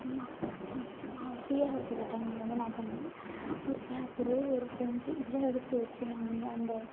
மத் ஃப்ரீயாக இருக்கிற டைமில் வந்து என்ன பண்ணுவேன் ஒரு பேப்பரு ஒரு பென்சில் இதெலாம் எடுத்து வச்சு நான் வந்து அந்த